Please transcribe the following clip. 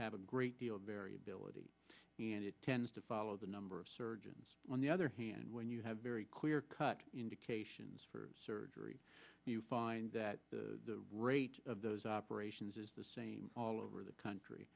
have a great deal of variability and it tends to follow the number of surgeons on the other hand when you have very clear cut indications for surgery you find that the rate of those operations is the same all over the country